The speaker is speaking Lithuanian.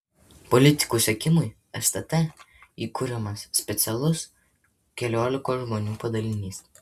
politikų sekimui stt įkuriamas specialus keliolikos žmonių padalinys